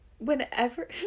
Whenever